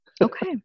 Okay